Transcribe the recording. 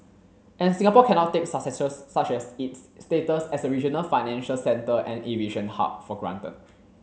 and Singapore cannot take successes such as its status as a regional financial centre and aviation hub for granted